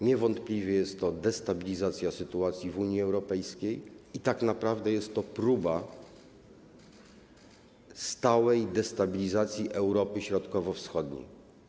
Niewątpliwie jest to destabilizacja sytuacji w Unii Europejskiej i tak naprawdę jest to próba stałej destabilizacji Europy Środkowo-Wschodniej.